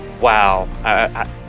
wow